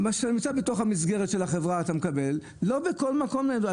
כאשר אתה נמצא בתוך מסגרת החברה אתה מקבל את המספר אבל לא מעבר לכך.